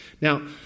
Now